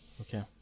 Okay